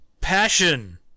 passion